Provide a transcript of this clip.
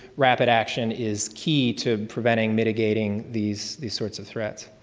rapid action is key to preventing, mitigating these these sorts of threats.